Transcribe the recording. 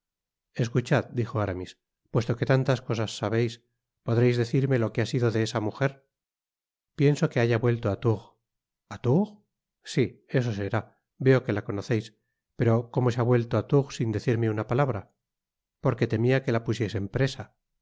escuchad dijo aramis puesto que tantas cosas sabeis podreis decirme loque ha sido de esa mujer pienso que haya vuelto á tours a tours sí eso será veo que la conoceis pero como se ha vuelto á tours sin decirme una palabra porque temia que la pusiesen presa y